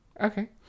Okay